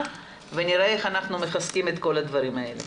ונראה איך אנחנו מחזקים את כל הדברים האלה.